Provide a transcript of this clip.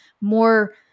more